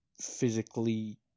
physically